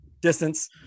distance